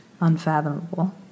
unfathomable